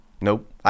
Nope